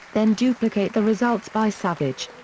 then duplicate the results by savage.